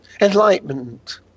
Enlightenment